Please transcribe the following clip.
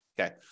okay